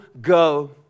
go